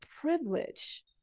privilege